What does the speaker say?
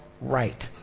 right